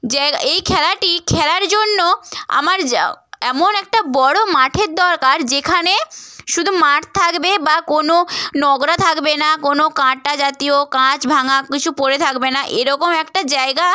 এই খেলাটি খেলার জন্য আমার এমন একটা বড় মাঠের দরকার যেখানে শুধু মাঠ থাকবে বা কোনও নোংরা থাকবে না কোনও কাঁটা জাতীয় কাঁচ ভাঙা কিছু পড়ে থাকবে না এরকম একটা জায়গা